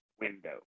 window